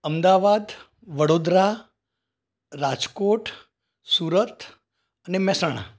અમદાવાદ વડોદરા રાજકોટ સુરત અને મહેસાણા